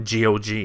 GOG